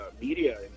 media